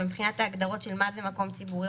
אבל מבחינת ההגדרות של מה זה מקום ציבורי